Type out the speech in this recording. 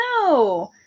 no